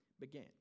began